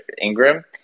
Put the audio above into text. Ingram